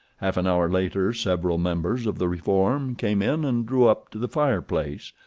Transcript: half an hour later several members of the reform came in and drew up to the fireplace,